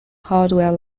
hardware